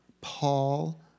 Paul